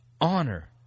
honor